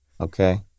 okay